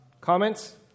comments